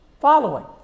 following